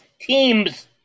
teams